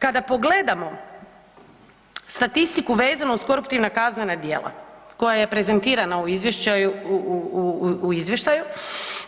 Kada pogledamo statistiku vezanu uz koruptivna kaznena djela koja je prezentirana u izvještaju